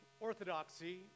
Orthodoxy